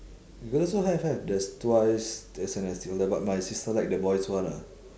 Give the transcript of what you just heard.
girls also have have there's twice there's a but my sister like the boys one ah